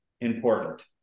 important